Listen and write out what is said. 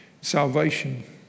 salvation